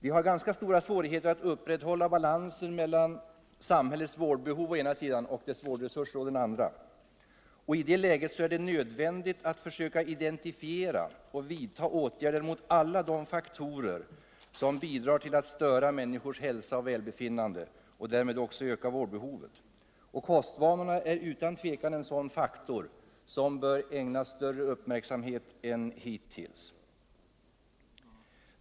Vi har ganska stora svårigheter att upprätthålla balansen mellan samhällets vårdbehov å ena sidan och vårdresurser å den andra. I det läget är det nödvändigt att försöka identifiera och vidta åtgärder mot alla de faktorer som bidrar till att störa människors hälsa och välbefinnande och som därmed ökar vårdbehovet. Kostvanorna är utan tvivel en sådan faktor som måste ägnas större uppmärksamhet än hittills.